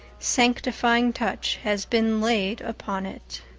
sanctifying touch has been laid upon it.